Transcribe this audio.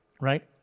right